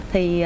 Thì